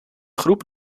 groep